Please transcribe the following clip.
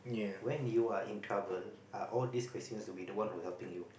when you are in trouble are all these questions will be the one who helping you